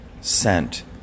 sent